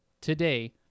today